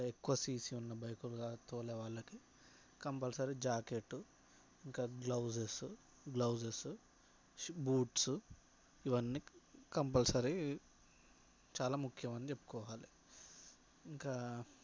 అంటే ఎక్కువ సిసి ఉన్న బైకులు తోలే వాళ్లకి కంపల్సరీ జాకెటు ఇంకా గ్లౌజెస్ గ్లౌజెస్ బూట్స్ ఇవన్నీ కంపల్సరీ చాలా ముఖ్యమని చెప్పుకోవాలి ఇంకా